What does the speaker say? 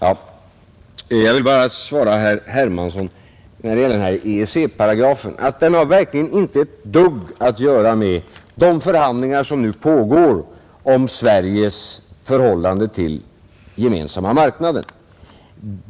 Till sist vill jag bara säga herr Hermansson att den här EEC-paragrafen verkligen inte har ett dugg att göra med de förhandlingar som nu pågår om Sveriges förhållande till Gemensamma marknaden.